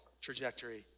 trajectory